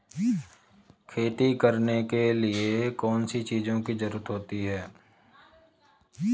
खेती करने के लिए कौनसी चीज़ों की ज़रूरत होती हैं?